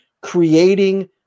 creating